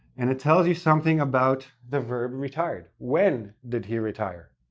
and it tells you something about the verb retired. when did he retire?